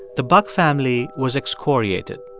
the buck family was excoriated.